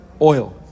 oil